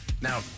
Now